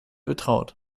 betraut